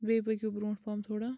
بیٚیہِ پٔکِو برٛونٛٹھ پہم تھوڑا